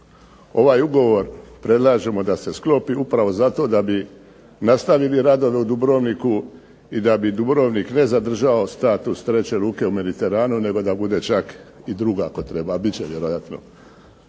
Ovaj ugovor predlažemo da se sklopi upravo zato da bi nastavili radove u Dubrovniku i da bi Dubrovnik ne zadržao status treće luke u Mediteranu, nego da bude čak i druga ako treba, a bit će vjerojatno.